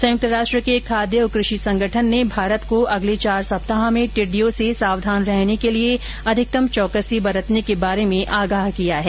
संयुक्त राष्ट्र के खाद्य और कृषि संगठन ने भारत को अगले चार सप्ताहों में टिड्डियों से सावधान रहने के लिए अधिकतम चौकसी बरतने के बारे में आगाह किया है